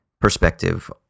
perspective